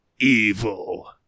evil